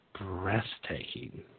breathtaking